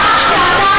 הדבר השני,